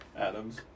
Adams